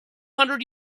hundred